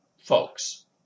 folks